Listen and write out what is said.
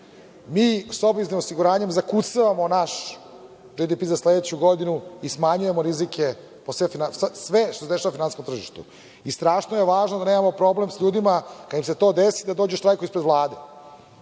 sa obaveznim osiguranjem zakucavamo naš GDP za sledeću godinu i smanjujemo rizike, sve što se dešava na finansijskom tržištu. Strašno je važno da nemamo problem sa ljudima kada im se to desi, da dođu da štrajkuju ispred Vlade.